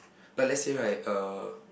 but let say right uh